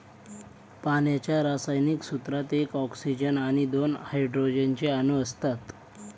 पाण्याच्या रासायनिक सूत्रात एक ऑक्सीजन आणि दोन हायड्रोजन चे अणु असतात